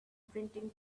printing